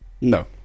No